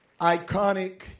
iconic